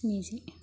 स्निजि